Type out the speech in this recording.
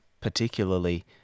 particularly